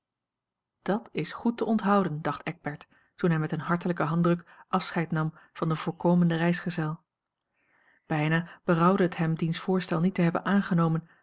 dat is goed te onthouden dacht eckbert toen hij met een hartelijken handdruk afscheid nam van den voorkomenden reisgezel bijna berouwde het hem diens voorstel niet te hebben aangenomen